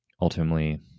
ultimately